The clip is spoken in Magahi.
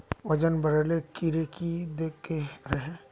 वजन बढे ले कीड़े की देके रहे?